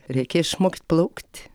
reikia išmokt plaukt